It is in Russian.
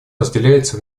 разделяется